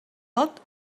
tot